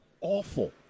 awful